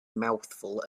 mouthful